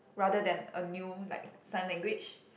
rather than a new like sign language